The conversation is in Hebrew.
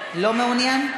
לא מעוניין?